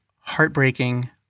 heartbreaking